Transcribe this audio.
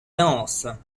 dense